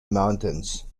mountains